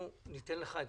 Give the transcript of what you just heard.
אני אפילו לא יודע מה